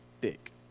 thick